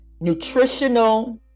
Nutritional